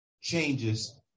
changes